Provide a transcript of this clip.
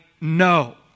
No